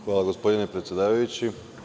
Hvala, gospodine predsedavajući.